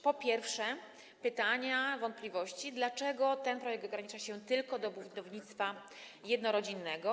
Po pierwsze, pojawiają pytania, wątpliwości, dlaczego ten projekt ogranicza się tylko do budownictwa jednorodzinnego.